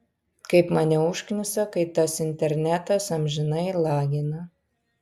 kaip mane užknisa kai tas internetas amžinai lagina